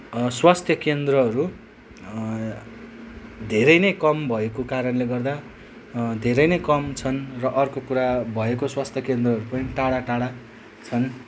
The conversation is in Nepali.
स्वास्थ्य केन्द्रहरू धेरै नै कम भएको कारणले गर्दा धेरै नै कम छन् र अर्को कुरा भएको स्वास्थ्य केन्द्रहरू पनि टाढा टाढा छन्